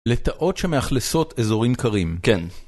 לטאות שמאכלסות אזורים קרים. כן.